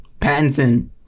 Pattinson